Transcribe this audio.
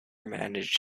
managed